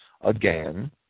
Again